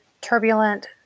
turbulent